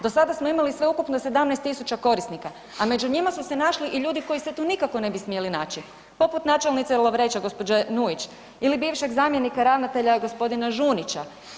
Do sada smo imali sveukupno 17.000 korisnika, a među njima su se našli i ljudi koji se tu nikako ne bi smjeli naći, poput načelnice Lovreća gđe. Nuić ili bivšeg zamjenika ravnatelja g. Žunića.